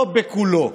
לא בכולו,